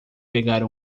pegar